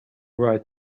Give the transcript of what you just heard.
right